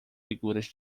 figuras